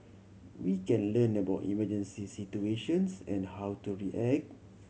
we can learn about emergency situations and how to react